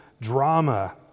drama